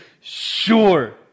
sure